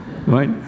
Right